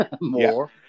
more